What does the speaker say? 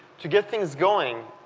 to get things going,